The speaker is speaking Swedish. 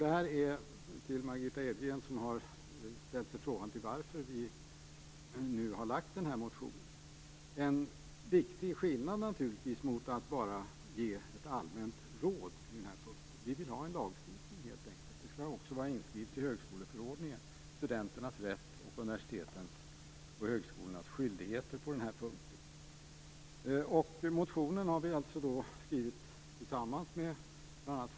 Till Margitta Edgren som har ställt frågan varför vi har väckt motionen vill jag säga att detta är en viktig skillnad mot att bara ge ett allmänt råd på den här punkten. Vi vill ha en lagstiftning helt enkelt, och studenternas rätt och universitetens och högskolornas skyldigheter skall också vara inskrivet i högskoleförordningen. Vi har skrivit motionen tillsammans med bl.a.